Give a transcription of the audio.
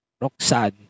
Roxanne